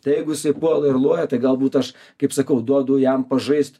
tai jeigu jisai puola ir loja tai galbūt aš kaip sakau duodu jam pažaist